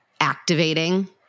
activating